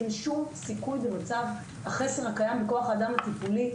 אין שום סיכוי ומצב בחסר הקיים בכוח האדם הטיפולי,